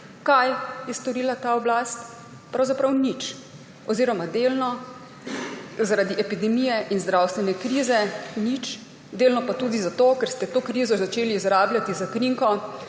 Kaj je storila ta oblast? Pravzaprav nič oziroma delno zaradi epidemije in zdravstvene krize nič, delno pa tudi zato, ker ste to krizo začeli izrabljati za krinko,